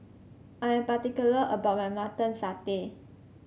I am particular about my Mutton Satay